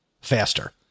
faster